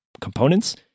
components